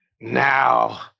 Now